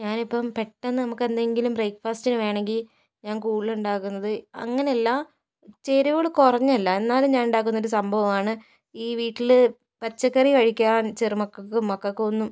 ഞാനിപ്പം പെട്ടന്ന് നമുക്കെന്തെങ്കിലും ബ്രേക്ക്ഫാസ്റ്റിനു വേണമെങ്കിൽ ഞാന് കൂടുതല് ഉണ്ടാക്കുന്നത് അങ്ങനല്ല ചേരുവകള് കുറഞ്ഞല്ല എന്നാലും ഞാന് ഉണ്ടാക്കുന്ന ഒരു സംഭവമാണ് ഈ വീട്ടില് പച്ചക്കറി കഴിക്കാന് ചെറുമക്കൾക്കും മക്കൾക്കും ഒന്നും